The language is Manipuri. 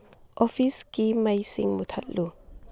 ꯑꯣꯐꯤꯁꯀꯤ ꯃꯩꯁꯤꯡ ꯃꯨꯊꯠꯂꯨ